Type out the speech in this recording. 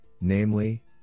namely